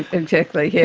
exactly, yeah